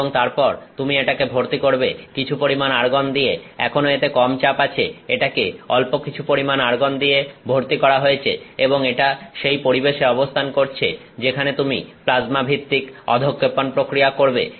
এবং তারপর তুমি এটাকে ভর্তি করবে কিছু পরিমাণ আর্গন দিয়ে এখনো এতে কম চাপ আছে এটাকে অল্প কিছু পরিমাণ আর্গন দিয়ে ভর্তি করা হয়েছে এবং এটা সেই পরিবেশে অবস্থান করছে যেখানে তুমি প্লাজমা ভিত্তিক অধঃক্ষেপণ প্রক্রিয়া করবে